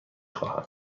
خواهم